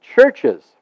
churches